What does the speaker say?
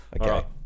Okay